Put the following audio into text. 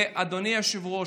אדוני היושב-ראש,